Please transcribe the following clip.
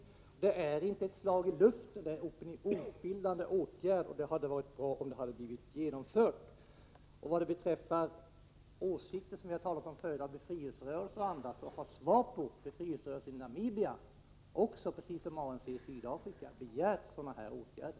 Det hade inte varit ett slag i luften utan en opinionsbildande åtgärd, som det hade varit bra att genomföra. Beträffande befrielserörelsernas och andras åsikter, som vi tidigare har talat om, har SWVAPO i Namibia, precis som ANC i Sydafrika, begärt sådana här åtgärder.